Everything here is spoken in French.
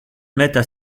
mettent